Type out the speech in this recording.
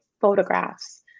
photographs